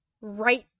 right